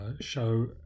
show